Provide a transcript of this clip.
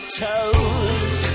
toes